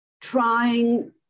trying